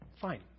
Fine